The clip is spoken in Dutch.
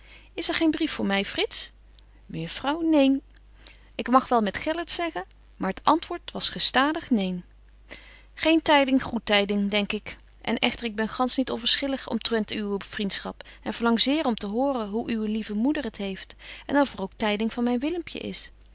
is er geen brief voor my frits mejuffrouw neen ik mag wel met gellert zeggen maar t antwoord was gestadig neen geen tyding goê tyding denk ik en echter ik ben gansch niet onverschillig omtrent uwe vriendschap en verlang zeer om te horen hoe uwe lieve moeder het heeft en of er ook tyding van myn willempje is